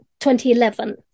2011